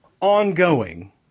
ongoing